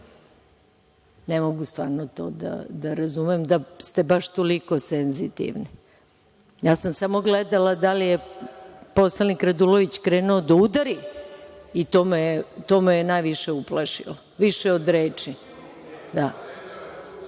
Ne mogu to stvarno da razumem da ste baš toliko senzitivni. Ja sam samo gledala da li je poslanik Radulović krenuo da udari i to me je najviše uplašilo, više od reči,